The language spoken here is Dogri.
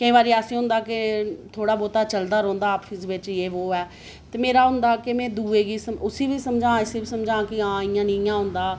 केई बारी ऐसा होंदा के थोह्ड़ा बहुता चलदा रौंह्दा आफिस बिच्च होवै मेरा होंदा कि में दूए गी इसी बी समझां उसी बी समझां कि आं इ'यां नी होंदा